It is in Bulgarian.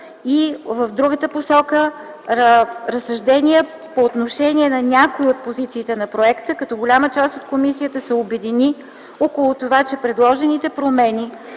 и в другата посока разсъждения по отношение на някои от позициите на проекта, като голяма част от комисията се обедини около това, че предложените промени